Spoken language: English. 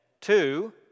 two